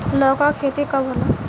लौका के खेती कब होला?